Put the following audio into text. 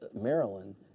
Maryland